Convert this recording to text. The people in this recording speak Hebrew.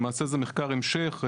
למעשה זה מחקר המשך,